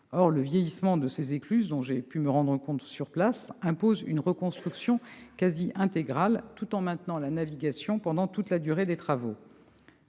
Or le vieillissement de ces écluses, dont j'ai pu me rendre compte sur place, impose une reconstruction quasi intégrale, tout en maintenant la navigation pendant toute la durée des travaux.